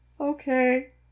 Okay